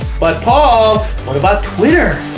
but paul what about twitter?